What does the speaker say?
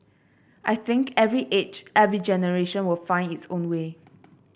I think every age every generation will find its own way